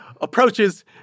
approaches